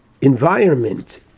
environment